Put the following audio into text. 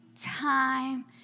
time